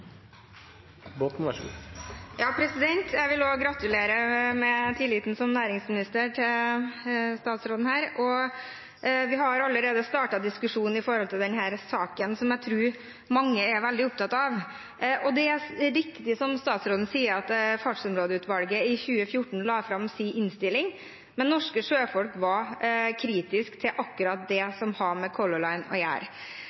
Jeg vil også gratulere statsråden med tilliten han har fått som ny næringsminister. Vi har allerede startet diskusjonen med tanke på denne saken, som jeg tror mange er veldig opptatt av. Det er riktig som statsråden sier, at Fartsområdeutvalget i 2014 la fram sin innstilling, men norske sjøfolk var kritiske til akkurat